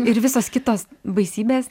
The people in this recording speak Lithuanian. ir visos kitos baisybės